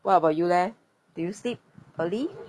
what about you leh did you sleep early